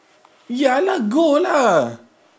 ya lah go lah